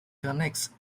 connects